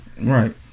right